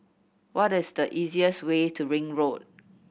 what is the easiest way to Ring Road